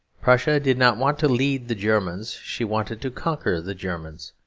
prussia did not want to lead the germans she wanted to conquer the germans.